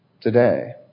today